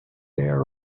their